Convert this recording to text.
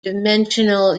dimensional